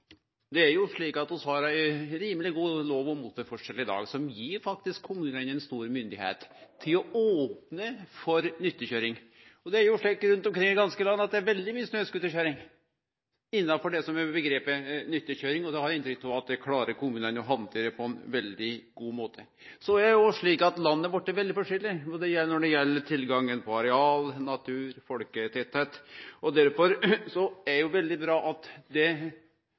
ei rimeleg god lov om motorferdsel, som faktisk gir kommunane stor myndigheit til å opne for nyttekøyring, og det er jo veldig mykje scooterkøyring – innanfor omgrepet «nyttekøyring» – rundt omkring i heile landet. Det har eg inntrykk av at ein klarar å handtere på ein veldig god måte. Det er òg slik at landet vårt er veldig forskjellig når det gjeld folketettleik og tilgangen på areal og natur, og derfor er det veldig bra at den skissa til kompromiss eller løysing som regjeringa no har trekt opp, nettopp opnar for ei differensiering. Eg trur det